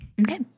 Okay